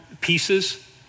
pieces